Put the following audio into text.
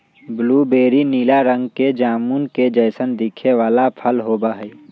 blueberry नीला रंग के जामुन के जैसन दिखे वाला फल होबा हई